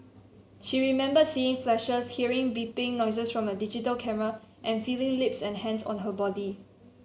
she remembered seeing flashes hearing beeping noises from a digital camera and feeling lips and hands on her body